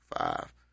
five